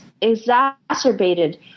exacerbated